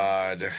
God